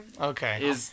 Okay